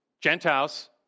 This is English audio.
Gentiles